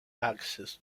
access